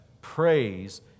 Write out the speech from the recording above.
praise